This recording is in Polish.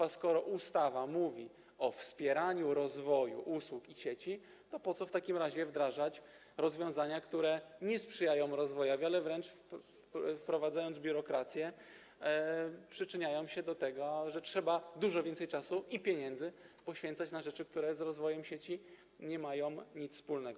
A skoro ustawa mówi o wspieraniu rozwoju usług i sieci, to po co w takim razie wdrażać rozwiązania, które nie sprzyjają rozwojowi, ale wręcz, wprowadzając biurokrację, przyczyniają się do tego, że trzeba dużo więcej czasu i pieniędzy poświęcać na rzeczy, które z rozwojem sieci nie mają nic wspólnego.